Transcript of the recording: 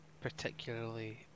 particularly